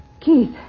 Keith